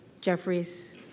Jeffries